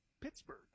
Pittsburgh